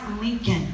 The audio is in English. Lincoln